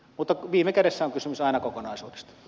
mutta viime kädessä on kysymys aina kokonaisuudesta